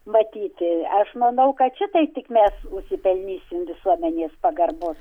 matyti aš manau kad šitaip tik mes nusipelnysim visuomenės pagarbos